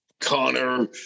Connor